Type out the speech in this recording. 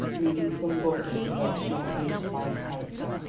reading some book of a devotional and inspired character.